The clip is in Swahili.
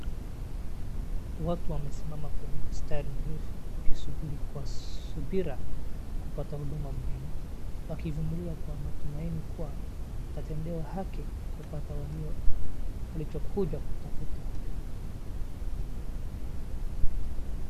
Watu wamesimama kwenye mstari mrefu wakisubiri kwa subira kupata huduma muhimu, wakijumulia kwa matumaini watatendewa haki na kupata walichookuja kutafuta.